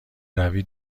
روی